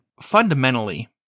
Fundamentally